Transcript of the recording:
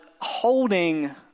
holding